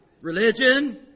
religion